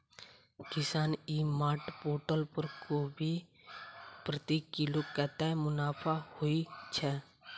किसान e mart portal पर कोबी प्रति किलो कतै मुनाफा होइ छै?